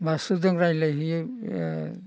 मास्टारजों रायज्लायहैयो ए